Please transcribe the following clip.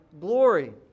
glory